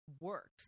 works